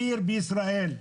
עיר בישראל.